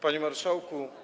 Panie Marszałku!